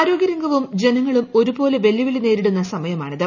ആരോഗ്യ രംഗവും ജനങ്ങളും ഒരുപോലെ വെല്ലുവിളി ക്നേരിടുന്ന സമയമാണ് ഇത്